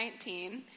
2019